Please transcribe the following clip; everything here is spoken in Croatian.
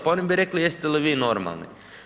Pa oni bi rekli jeste li vi normalni.